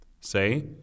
Say